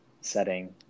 setting